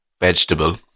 vegetable